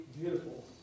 beautiful